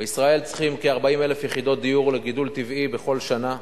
בישראל צריכים כ-40,000 יחידות דיור לגידול טבעי בכל שנה,